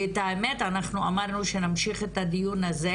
ואת האמת אנחנו אמרנו שנמשיך את הדיון הזה